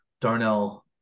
Darnell